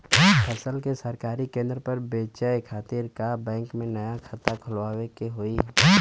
फसल के सरकारी केंद्र पर बेचय खातिर का बैंक में नया खाता खोलवावे के होई?